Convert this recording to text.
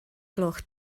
gloch